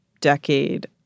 decade